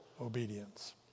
obedience